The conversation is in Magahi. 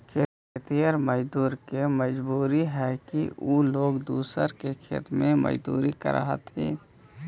खेतिहर मजदूर के मजबूरी हई कि उ लोग दूसर के खेत में मजदूरी करऽ हथिन